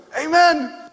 Amen